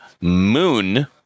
Moon